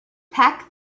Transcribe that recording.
pack